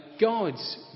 God's